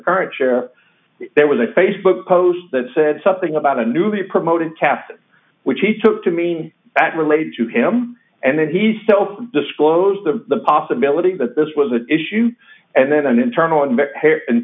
current chair there was a facebook post that said something about a newly promoted cast which he took to mean that relate to him and then he self disclosed the possibility that this was an issue and then an internal an